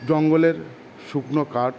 জঙ্গলের শুকনো কাঠ